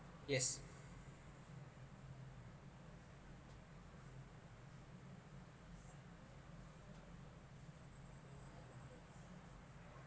yes